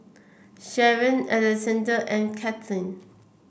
Sharen Alexande and Kathleen